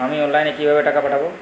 আমি অনলাইনে কিভাবে টাকা পাঠাব?